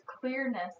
clearness